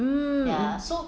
mmhmm